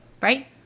right